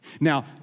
Now